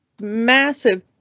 massive